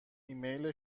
ایمیل